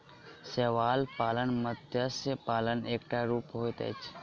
शैवाल पालन मत्स्य पालनक एकटा रूप होइत अछि